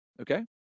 okay